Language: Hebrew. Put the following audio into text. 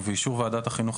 ובאישור ועדת החינוך,